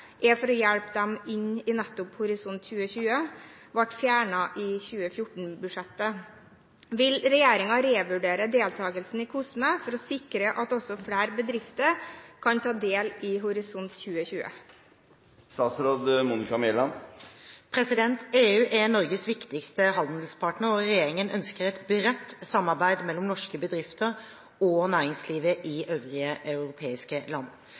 for å hjelpe dem inn i nettopp Horisont 2020, ble fjernet i 2014-budsjettet. Vil regjeringen revurdere deltakelsen i COSME for å sikre at også flere bedrifter kan ta del i Horisont 2020?» EU er Norges viktigste handelspartner, og regjeringen ønsker et bredt samarbeid mellom norske bedrifter og næringslivet i øvrige europeiske land.